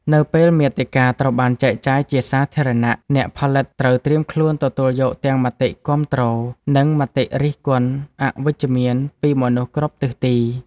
នៅពេលមាតិកាត្រូវបានចែកចាយជាសាធារណៈ អ្នកផលិតត្រូវត្រៀមខ្លួនទទួលយកទាំងមតិគាំទ្រ និងមតិរិះគន់អវិជ្ជមានពីមនុស្សគ្រប់ទិសទី។